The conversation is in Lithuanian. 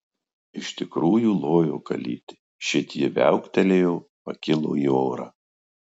iš tikrųjų lojo kalytė šit ji viauktelėjo pakilo į orą